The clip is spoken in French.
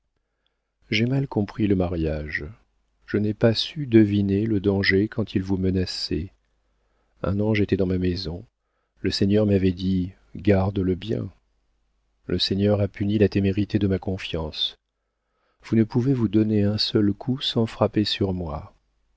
j'ai mal compris le mariage je n'ai pas su deviner le danger quand il vous menaçait un ange était dans ma maison le seigneur m'avait dit garde-le bien le seigneur a puni la témérité de ma confiance vous ne pouvez vous donner un seul coup sans frapper sur moi